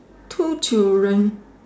two children